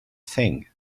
think